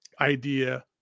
idea